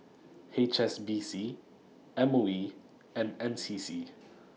H S B C M O E and N C C